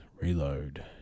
reload